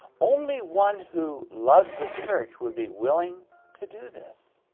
only one who loves the church would be willing to do this.